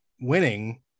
winning